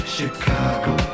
Chicago